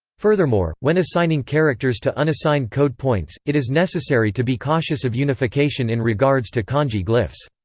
furthermore, when assigning characters to unassigned code points, it is necessary to be cautious of unification in regards to kanji glyphs.